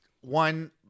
one